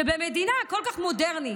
שבמדינה כל כך מודרנית,